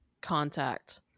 contact